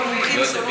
ועדת הפנים.